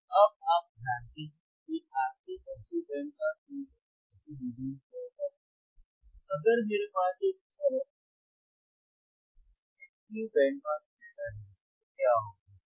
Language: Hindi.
तो अब आप जानते हैं कि RC passive band pass filter को कैसे डिज़ाइन किया जाता है अगर मेरे पास एक सरल एक्टिव बैंड पास फ़िल्टर है तो क्या होगा